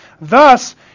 thus